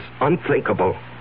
unthinkable